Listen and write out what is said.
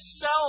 sell